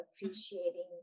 appreciating